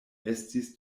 estis